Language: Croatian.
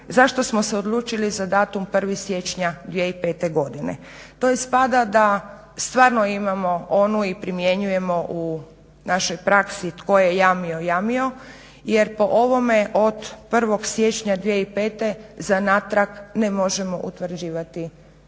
zašto smo se odlučili za datum 1. siječnja 2005. godine. To ispada da stvarno imamo onu i primjenjujemo u našoj praksi "Tko je jamio, jamio!". Jer po ovome od 1. siječnja 2005. za natrag ne možemo utvrđivati porijeklo